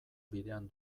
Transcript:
bidean